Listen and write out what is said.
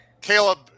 caleb